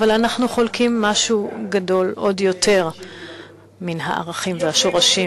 אבל אנחנו חולקים משהו גדול עוד יותר מן הערכים והשורשים.